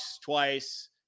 twice